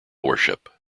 worship